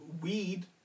weed